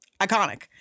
Iconic